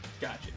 Gotcha